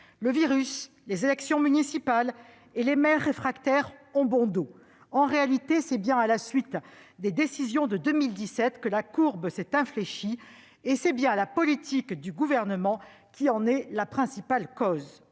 Le virus, les élections municipales et les maires réfractaires ont bon dos. En réalité, c'est bien à la suite des décisions de 2017 que la courbe s'est infléchie et c'est bien la politique du Gouvernement qui en est la principale cause.